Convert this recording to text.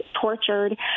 tortured